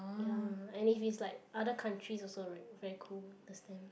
ya and if is like other country also very cool the stamp